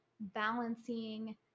balancing